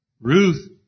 Ruth